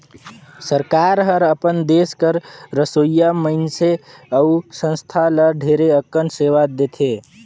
सरकार हर अपन देस कर रहोइया मइनसे अउ संस्था ल ढेरे अकन सेवा देथे